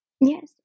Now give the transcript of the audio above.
yes